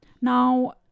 Now